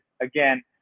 again